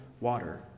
water